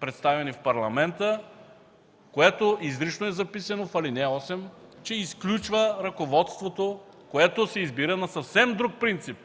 представени в Парламента, което изрично е записано в ал. 8 – че изключва ръководството, което се избира на съвсем друг принцип